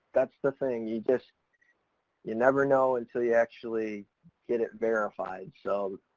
that's the thing, you just you never know until you actually get it verified, so.